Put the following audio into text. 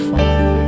Father